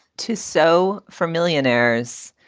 too, so for millionaires.